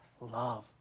love